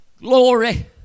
Glory